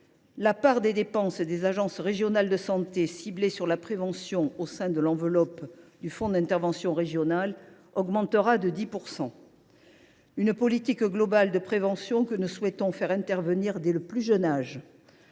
La part des dépenses des agences régionales de santé ciblées sur la prévention au sein de l’enveloppe du fonds d’intervention régionale augmentera de 10 %. Il s’agit d’une politique globale de la prévention que nous souhaitons faire intervenir dès le plus jeune âge,